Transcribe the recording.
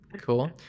Cool